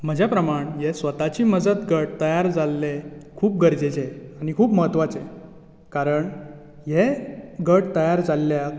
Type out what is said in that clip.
म्हजे प्रमाण ह्या स्वताची मजत गट तयार जाल्ले खूब गरजेचे आनी खूब म्हत्वाचे कारण हे गट तयार जाल्ल्याक